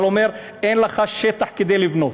אבל הוא אומר: אין לך שטח כדי לבנות.